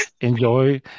enjoy